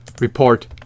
report